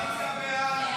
סעיף 1,